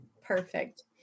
Perfect